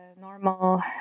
normal